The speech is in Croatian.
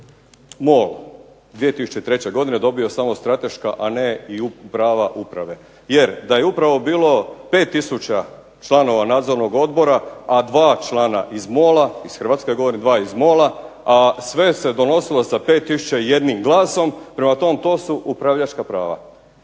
MOL 2003. godine dobio samo strateška, a ne i prava uprave. Jer da je upravo bilo 5000 članova nadzornog odbora, a 2 člana iz MOL-a, iz Hrvatske ja govorim, 2 iz MOL-a, a sve se donosilo sa 5001 glasom, prema tome to su upravljačka prava.